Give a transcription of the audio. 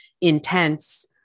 intense